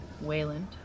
Wayland